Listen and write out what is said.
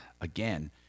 Again